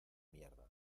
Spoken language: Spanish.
mierda